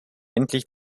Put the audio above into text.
endlich